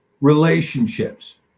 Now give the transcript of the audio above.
Relationships